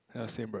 ya same right